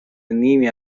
نیمی